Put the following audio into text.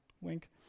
Wink